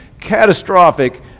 catastrophic